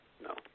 No